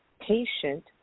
patient